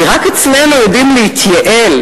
כי רק אצלנו יודעים להתייעל,